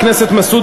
השתמשו בנצח נצחים.